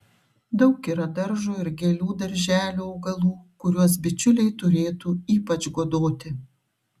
daug yra daržo ir gėlių darželių augalų kuriuos bičiuliai turėtų ypač godoti